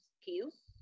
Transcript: skills